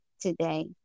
today